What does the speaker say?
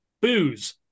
booze